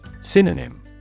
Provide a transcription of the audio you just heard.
Synonym